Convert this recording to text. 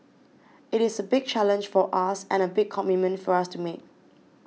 it is a big challenge for us and a big commitment for us to make